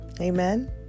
Amen